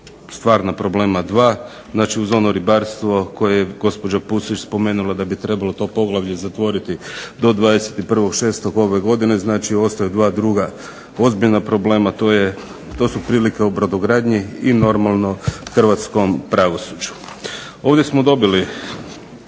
stvarna problema dva. Znači uz ono ribarstvo koje je gospođa Pusić spomenula da bi trebalo to poglavlje zatvoriti do 21.6. ove godine. Znači, ostaju dva druga ozbiljna problema. To su prilike u brodogradnji i normalno hrvatskom pravosuđu. Ovdje smo dobili